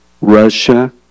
Russia